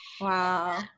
Wow